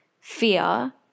fear